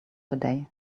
today